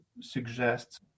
suggest